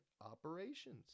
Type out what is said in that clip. operations